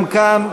גם כאן,